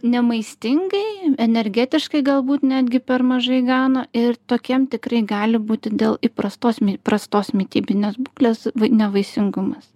nemaistingai energetiškai galbūt netgi per mažai gauna ir tokiem tikrai gali būti dėl įprastos prastos mitybinės būklės nevaisingumas